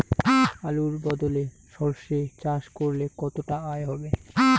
আলুর বদলে সরষে চাষ করলে কতটা আয় হবে?